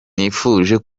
nifuje